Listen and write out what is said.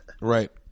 Right